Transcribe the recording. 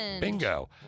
Bingo